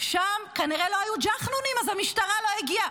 כנראה לא היו ג'חנונים, אז המשטרה לא הגיעה.